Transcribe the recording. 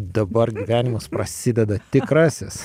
dabar gyvenimas prasideda tikrasis